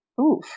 Oof